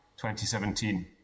2017